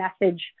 message